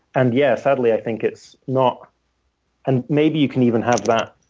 and yeah, sadly, i think it's not and maybe you can even have that,